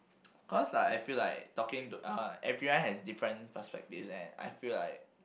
cause like I feel like talking to uh everyone has different perspectives and I feel like